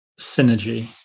synergy